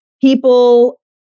People